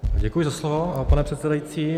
Děkuji za slovo, pane předsedající.